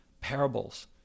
parables